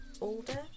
older